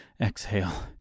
exhale